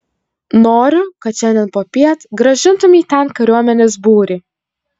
noriu kad šiandien popiet grąžintumei ten kariuomenės būrį